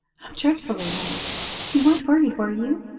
i'm dreadfully late you weren't worried, were you?